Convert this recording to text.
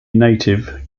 native